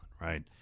right